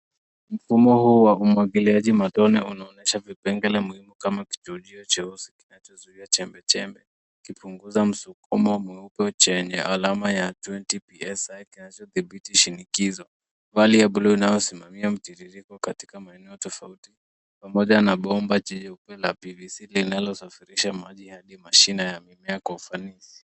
Mfumo huu wa umwagiliaji matone unaonyesha vipengele muhimu kama kichunjio cheusi kinachozuia chembechembe, kipunguza msukumo mweupe chenye alama ya 20PSi kinachodhibiti shinikizo. Vali ya bluu inayosimamia mtiririko katika maeneo tofauti pamoja na bomba jeupe la PVC linalosafirisha maji hadi mashina ya mimea kwa ufanishi.